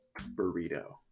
burrito